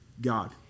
God